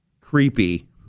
creepy